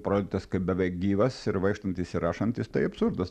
parodytas kaip beveik gyvas ir vaikštantis ir rašantis tai absurdas